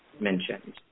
mentioned